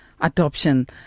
adoption